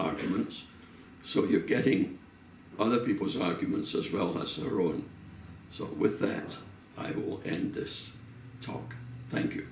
arguments so you're getting other people's arguments as well as her own so with that i will end this talk thank you